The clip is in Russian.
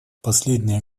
последние